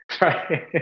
Right